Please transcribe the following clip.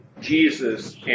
Jesus